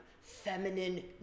feminine